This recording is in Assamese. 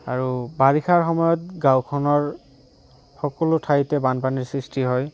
আৰু বাৰিষাৰ সময়ত গাঁওখনৰ সকলো ঠাইতে বানপানীৰ সৃষ্টি হয়